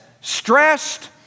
stressed